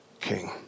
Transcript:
king